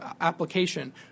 application